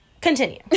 Continue